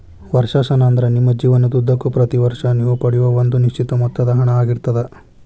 ವರ್ಷಾಶನ ಅಂದ್ರ ನಿಮ್ಮ ಜೇವನದುದ್ದಕ್ಕೂ ಪ್ರತಿ ವರ್ಷ ನೇವು ಪಡೆಯೂ ಒಂದ ನಿಶ್ಚಿತ ಮೊತ್ತದ ಹಣ ಆಗಿರ್ತದ